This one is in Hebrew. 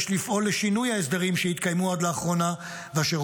יש לפעול לשינוי ההסדרים שהתקיימו עד לאחרונה ואשר